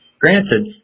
Granted